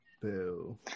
Boo